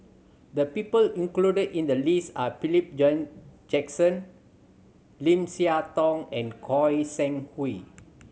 the people included in the list are Philip Jackson Lim Siah Tong and Goi Seng Hui